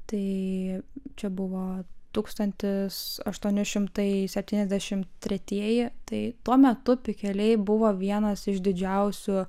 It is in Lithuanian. tai čia buvo tūkstantis aštuoni šimtai septyniasdešimt tretieji tai tuo metu pikeliai buvo vienas iš didžiausių